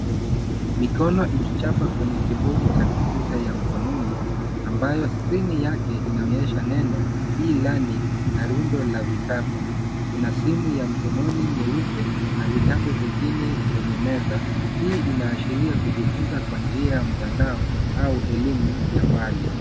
Mikono ikichapa kwenye kibodi cha kompyuta ya mkononi ambayo skrini yake inaonyesha neno e- learning na rundo la vitabu. Kuna simu ya mkononi nyeupe na vitabu vingine kwenye meza. Hii inaashiria kujifunza kwa njia ya mtandao au elimu ya mbali.